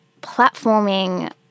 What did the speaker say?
platforming